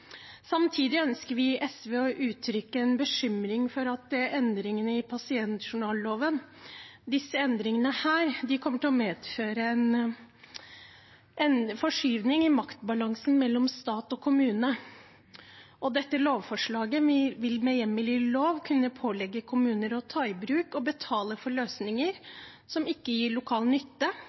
Samtidig ønsker vi i SV å uttrykke en bekymring for endringene i pasientjournalloven. Disse endringene kommer til å medføre en forskyvning i maktbalansen mellom stat og kommune, og dette lovforslaget vil med hjemmel i lov kunne pålegge kommuner å ta i bruk og betale for løsninger som ikke gir lokal nytte,